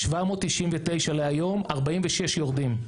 799 להיום, 46 יורדים.